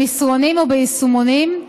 במסרונים או ביישומונים,